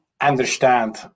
understand